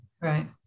Right